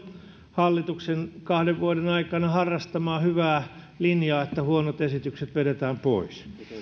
hallituksen jo kahden vuoden aikana harrastamaa hyvää linjaa että huonot esitykset vedetään pois